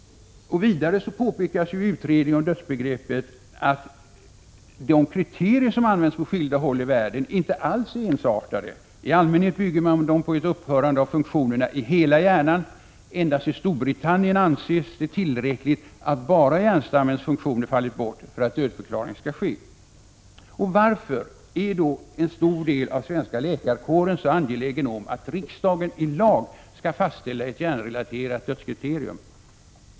Vidare påpekas i utredningen om dödsbegreppet att de kriterier som används på skilda håll i världen inte alls är ensartade. I allmänhet bygger man dem på ett upphörande av funktionerna i hela hjärnan. Endast i Storbritannien anses det tillräckligt att hjärnstammens funktioner fallit bort för att dödförklaring skall ske. Varför är då en stor del av den svenska läkarkåren så angelägen om att riksdagen i lag skall fastställa ett hjärnrelaterat dödskriterium?